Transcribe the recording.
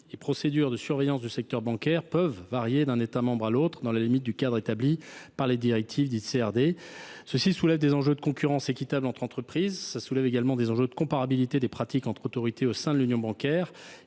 et procédures de surveillance du secteur bancaire peuvent varier d’un État membre à l’autre, dans le cadre établi par les directives dites CRD, ce qui soulève des enjeux de concurrence équitable entre les entreprises, mais aussi de comparabilité des pratiques entre autorités au sein de l’Union bancaire.